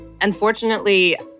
Unfortunately